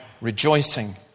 rejoicing